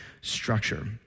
structure